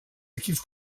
equips